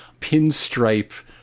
pinstripe